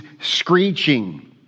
screeching